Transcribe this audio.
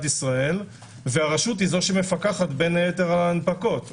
ישראל והרשות היא זו שמפקחת בין היתר על ההנפקות.